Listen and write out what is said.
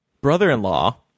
brother-in-law